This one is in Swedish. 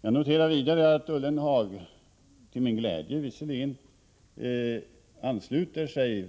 Jag noterar vidare att Jörgen Ullenhag — vilket visserligen glädjer mig — verbalt ansluter sig